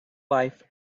life